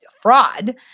fraud